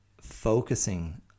focusing